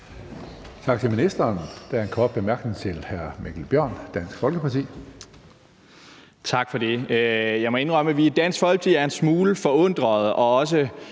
Tak til ministeren. Der er en kort bemærkning til hr. Mikkel Bjørn, Dansk Folkeparti. Kl. 16:15 Mikkel Bjørn (DF): Tak for det. Jeg må indrømme, at vi i Dansk Folkeparti er en smule forundrede og også